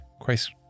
Christ